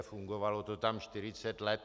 Fungovalo to tam 40 let.